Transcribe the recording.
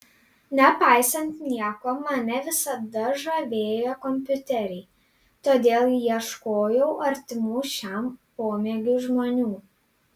nepaisant nieko mane visada žavėjo kompiuteriai todėl ieškojau artimų šiam pomėgiui žmonių